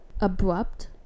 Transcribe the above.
abrupt